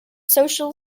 social